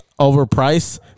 overpriced